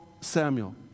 Samuel